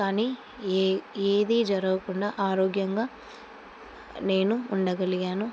కానీ ఏది జరగకుండా ఆరోగ్యంగా నేను ఉండగలిగాను